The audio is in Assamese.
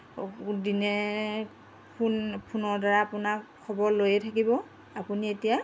দিনে ফোন ফোনৰ দ্বাৰা আপোনাক খবৰ লৈয়ে থাকিব আপুনি এতিয়া